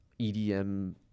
EDM